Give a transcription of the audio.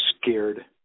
scared